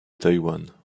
taïwan